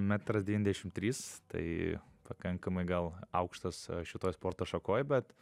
metras devyniasdešim trys tai pakankamai gal aukštas šitoj sporto šakoj bet